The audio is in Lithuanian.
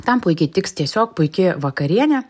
tam puikiai tiks tiesiog puiki vakarienė